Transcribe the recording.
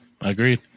Agreed